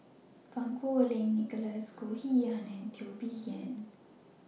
Fang Kuo Wei Nicholas Goh Yihan and Teo Bee Yen